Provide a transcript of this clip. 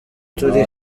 turi